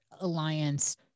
alliance